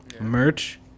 merch